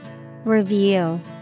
Review